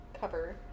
cover